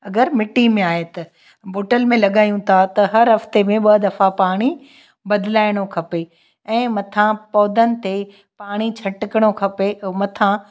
अगरि मिट्टी में आहे त बॉटल में लॻायूं था त हरु हफ़्ते में ॿ दफ़ा पाणी बदिलाइणो खपे ऐं मथां पौधनि ते पाणी छटिकिणो खपे ऐं मथां